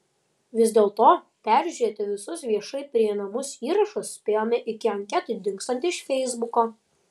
vis dėlto peržiūrėti visus viešai prieinamus įrašus spėjome iki anketai dingstant iš feisbuko